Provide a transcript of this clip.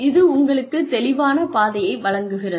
இது உங்களுக்குத் தெளிவான பாதையை வழங்குகிறது